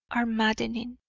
are maddening.